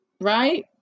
right